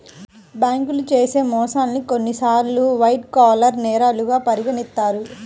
బ్యేంకులు చేసే మోసాల్ని కొన్నిసార్లు వైట్ కాలర్ నేరాలుగా పరిగణిత్తారు